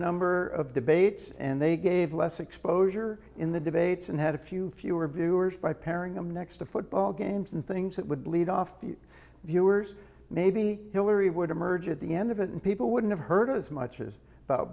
number of debates and they gave less exposure in the debates and had a few fewer viewers by pairing them next to football games and things that would lead off viewers maybe hillary would emerge at the end of it and people wouldn't hurt as much as